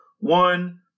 One